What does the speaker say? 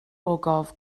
ogof